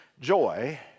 joy